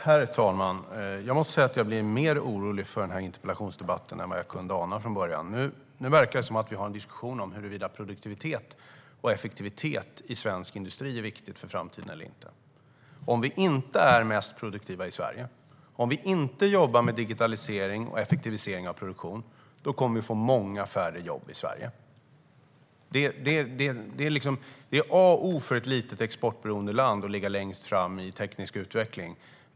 Herr talman! Jag blir mer orolig över denna interpellationsdebatt än jag kunde ana i början. Vi verkar ha en diskussion om huruvida produktivitet och effektivitet i svensk industri är viktigt inför framtiden eller inte. Om Sverige inte är det mest produktiva landet och om vi inte jobbar med digitalisering och effektivisering av produktion kommer vi att få många färre jobb här. Att ligga längst fram vad gäller teknisk utveckling är A och O för ett litet, exportberoende land.